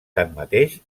tanmateix